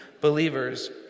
believers